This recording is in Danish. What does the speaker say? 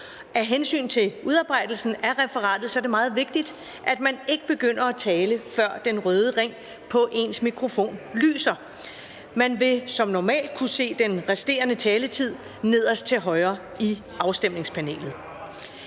Af hensyn til udarbejdelsen af referatet er det meget vigtigt, at man ikke begynder at tale, før den røde ring på ens mikrofon lyser. Man vil helt som normalt kunne se sin resterende taletid nederst til højre i afstemningspanelet.